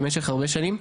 במשך הרבה שנים,